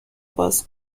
باز